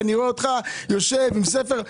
אני רואה אותך יושב עם ספר.